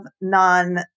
non